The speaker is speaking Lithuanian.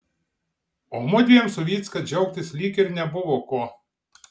o mudviem su vycka džiaugtis lyg ir nebuvo ko